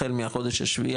החל מהחודש השביעי,